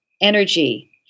energy